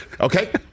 Okay